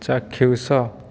ଚାକ୍ଷୁସ